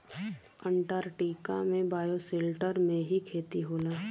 Antarctica में bioshelter में ही खेती होला